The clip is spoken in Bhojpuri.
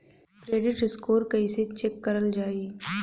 क्रेडीट स्कोर कइसे चेक करल जायी?